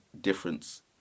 difference